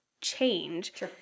change